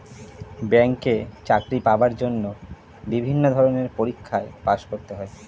ব্যাংকে চাকরি পাওয়ার জন্য বিভিন্ন ধরনের পরীক্ষায় পাস করতে হয়